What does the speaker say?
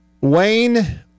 Wayne